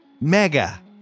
mega